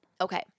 Okay